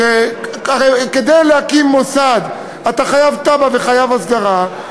כדי להקים מוסד אתה חייב תב"ע וחייב הסדרה.